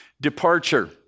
departure